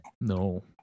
No